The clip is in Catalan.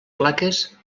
plaques